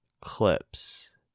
clips